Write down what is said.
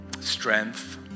strength